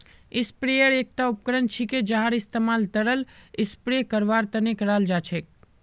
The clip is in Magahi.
स्प्रेयर एकता उपकरण छिके जहार इस्तमाल तरल स्प्रे करवार तने कराल जा छेक